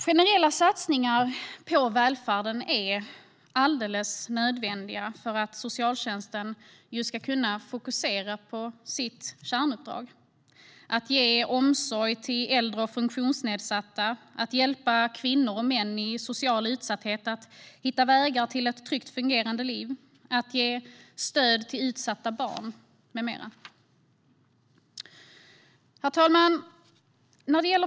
Generella satsningar på välfärden är alldeles nödvändiga för att socialtjänsten ska kunna fokusera på sitt kärnuppdrag: att ge omsorg till äldre och funktionsnedsatta, att hjälpa kvinnor och män i social utsatthet att hitta vägar till ett tryggt och fungerande liv, att ge stöd till utsatta barn med mera. Herr talman!